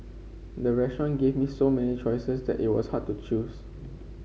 the restaurant gave me so many choices that it was hard to choose